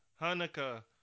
Hanukkah